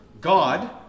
God